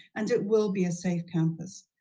and it will be a safe campus.